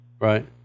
Right